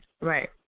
Right